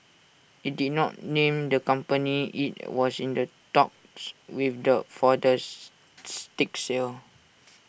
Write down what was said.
IT did not name the company IT was in the talks with the for the stake sale